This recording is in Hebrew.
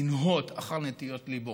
לנהות אחר נטיות ליבם.